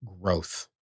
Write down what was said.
growth